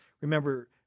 Remember